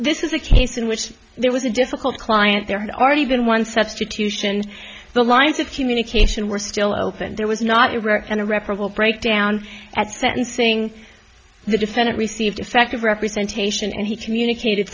this is a case in which there was a difficult client there had already been one substitution the lines of communication were still open there was not a rare and irreparable breakdown at sentencing the defendant received effective representation and he communicated